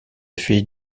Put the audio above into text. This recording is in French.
fait